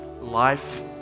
life